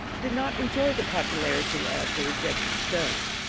did not enjoy the popu larity of the rejected stone,